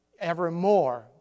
evermore